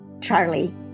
Charlie